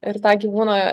ir tą gyvūno